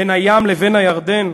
בין הים לבין הירדן,